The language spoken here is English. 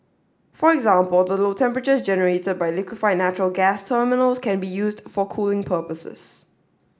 for example the low temperatures generated by liquefied natural gas terminals can be used for cooling purposes